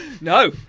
No